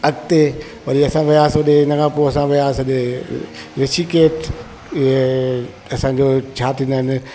अॻिते वरी असां वियासीं ओॾे हिन खां पोइ असां वियासीं एॾे ऋषिकेश इहे असांजो छा थींदा आहिनि